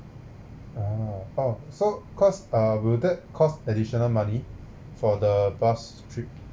ah oh so cost uh will that cost additional money for the bus trip